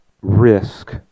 risk